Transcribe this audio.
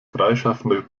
freischaffender